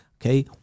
okay